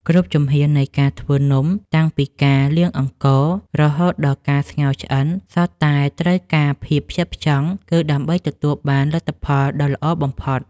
គ្រប់ជំហាននៃការធ្វើនំតាំងពីការលាងអង្កររហូតដល់ការស្ងោរឆ្អិនសុទ្ធតែត្រូវការភាពផ្ចិតផ្ចង់ គឺ ដើម្បីទទួលបានលទ្ធផលដ៏ល្អបំផុត។